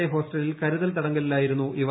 A ഹോസ്റ്റലിൽ കരുതൽ തടങ്കലിൽ ആയിരുന്നു ഇവർ